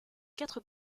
quatre